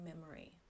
memory